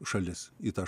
šalis į tą